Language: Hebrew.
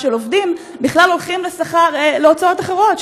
של עובדים בכלל הולכים להוצאות אחרות,